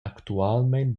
actualmein